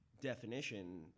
definition